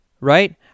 right